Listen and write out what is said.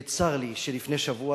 וצר לי שלפני שבוע,